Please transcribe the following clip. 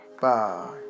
Bye